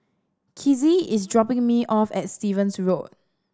kizzie is dropping me off at Stevens Road